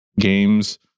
games